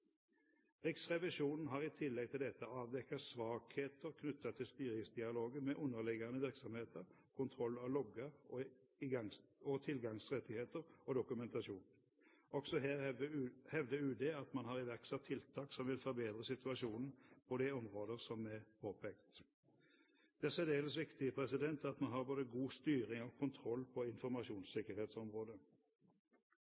Riksrevisjonen har i tillegg til dette avdekket svakheter knyttet til styringsdialogen med underliggende virksomheter, kontroll av logger og tilgangsrettigheter og dokumentasjon. Også her hevder UD at man har iverksatt tiltak som vil forbedre situasjonen på de områder som er påpekt. Det er særdeles viktig at vi har både god styring og kontroll på